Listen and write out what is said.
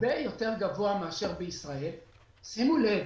שימו לב,